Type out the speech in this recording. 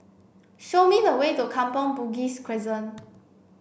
show me the way to Kampong Bugis Crescent